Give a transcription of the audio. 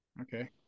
Okay